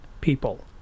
People